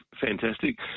fantastic